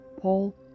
Paul